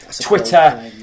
Twitter